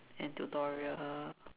and tutorial